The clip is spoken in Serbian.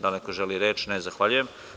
Da li neko želi reč? (Ne) Zahvaljujem.